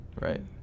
right